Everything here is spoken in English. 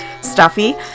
stuffy